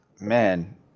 man